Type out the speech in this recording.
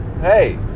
hey